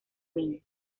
min